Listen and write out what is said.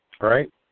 right